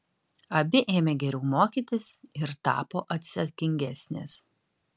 abi ėmė geriau mokytis ir tapo atsakingesnės